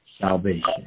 salvation